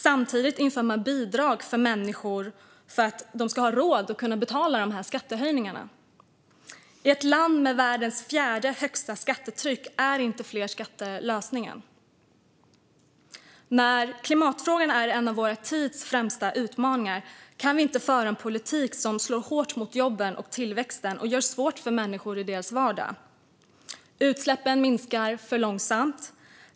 Samtidigt inför man bidrag för människor för att de ska ha råd att betala de höjda skatterna. I ett land med världens fjärde högsta skattetryck är inte fler skatter lösningen. När klimatfrågan är en av vår tids främsta utmaningar kan vi inte föra en politik som slår hårt mot jobben och tillväxten och som gör det svårt för människor i deras vardag. Utsläppen minskar för långsamt.